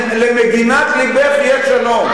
למגינת לבך יהיה שלום,